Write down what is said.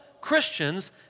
Christians